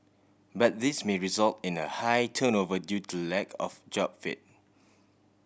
but this may result in a high turnover due to lack of job fit